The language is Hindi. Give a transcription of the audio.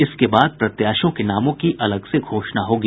इसके बाद प्रत्याशियों के नामों की अलग से घोषणा होगी